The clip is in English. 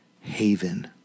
haven